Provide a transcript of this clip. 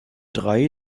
drei